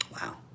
Wow